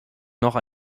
noch